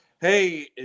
hey